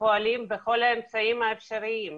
פועלים בכל האמצעים האפשריים,